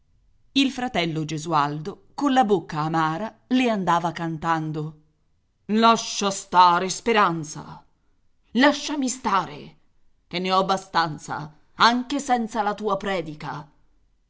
il fratello gesualdo colla bocca amara le andava cantando lascia stare speranza lasciami stare che ne ho abbastanza anche senza la tua predica